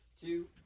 two